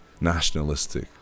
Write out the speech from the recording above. nationalistic